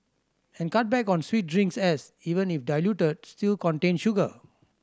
and cut back on sweet drinks as even if diluted still contain sugar